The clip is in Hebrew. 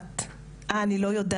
אחת, אה, אני לא יודעת.